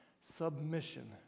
submission